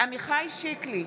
עמיחי שיקלי,